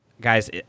guys